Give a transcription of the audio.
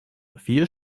vier